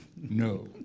No